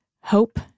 HOPE